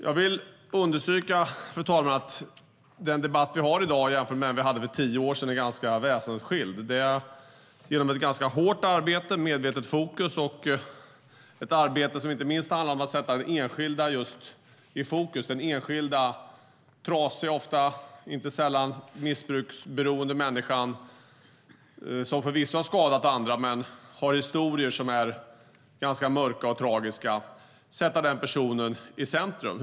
Jag vill understryka, fru talman, att den debatt vi i dag har är väsensskild från den vi hade för tio år sedan. Det handlar om ett ganska hårt arbete och medvetet fokus, ett arbete som inte minst handlar om att sätta den enskilda i fokus, att sätta den enskilda trasiga inte sällan missbrukande människan, som förvisso har skadat andra men som har en historia som är ganska mörk och tragisk, i centrum.